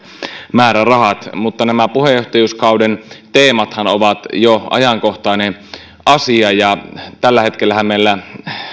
määrärahat mutta nämä puheenjohtajuuskauden teemathan ovat jo ajankohtainen asia tällä hetkellähän meillä